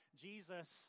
Jesus